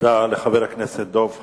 תודה לחבר הכנסת דב חנין.